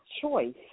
choice